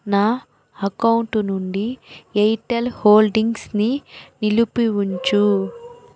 నా అకౌంటు నుండి ఎయిర్టెల్ హోల్డింగ్స్ని నిలిపి ఉంచు